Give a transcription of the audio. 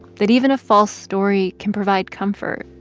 that even a false story can provide comfort,